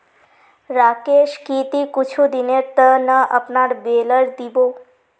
राकेश की ती कुछू दिनेर त न अपनार बेलर दी बो